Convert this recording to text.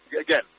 again